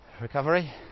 recovery